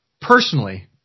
personally